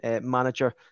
manager